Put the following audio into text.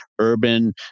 urban